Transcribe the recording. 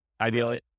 Ideally